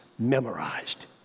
memorized